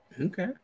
Okay